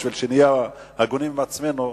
כדי שנהיה הגונים עם עצמנו,